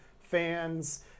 fans